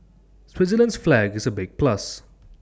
Switzerland's flag is A big plus